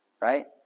right